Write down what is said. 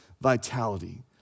vitality